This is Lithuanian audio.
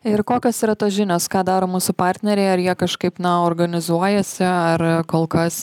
ir kokios yra tos žinios ką daro mūsų partneriai ar jie kažkaip na organizuojasi ar kol kas